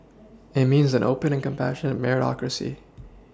and means an open and compassion Meritocracy